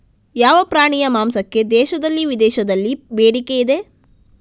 ಯಾವ ಪ್ರಾಣಿಯ ಮಾಂಸಕ್ಕೆ ದೇಶದಲ್ಲಿ ವಿದೇಶದಲ್ಲಿ ಬೇಡಿಕೆ ಇದೆ?